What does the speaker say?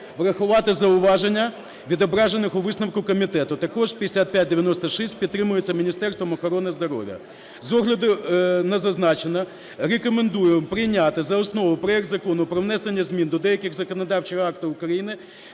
врахувати зауваження, відображені у висновку комітету. Також 5596 підтримується Міністерством охорони здоров'я. З огляду на зазначене, рекомендуємо прийняти за основу проект Закону про внесення змін до деяких законодавчих актів України